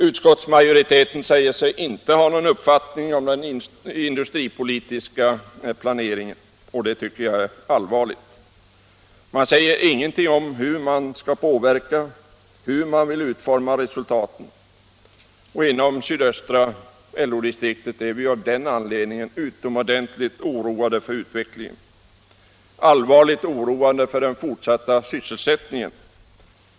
Utskottsmajoriteten säger sig inte ha någon uppfattning om den industripolitiska planeringen och det är allvarligt. Man säger ingenting om hur man skall påverka, hur man vill utforma resultaten. Inom sydöstra LO-distriktet är vi utomordentligt oroade för utvecklingen och allvarligt oroade för den fortsatta sysselsättningen.